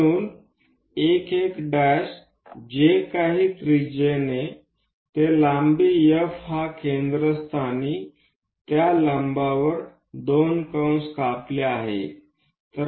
म्हणून 1 ते 1जे काही त्रिज्येने ते लांबी F हा केंद्रस्थानीपासून ते लंबवर दोन कंस कापले आहे